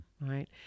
right